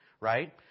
Right